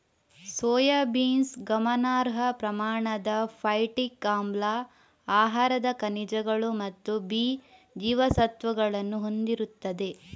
soybeans ಗಮನಾರ್ಹ ಪ್ರಮಾಣದ phytic ಆಮ್ಲ, ಆಹಾರದ ಖನಿಜಗಳು ಮತ್ತು ಬಿ ಜೀವಸತ್ವಗಳನ್ನು ಹೊಂದಿರುತ್ತದೆ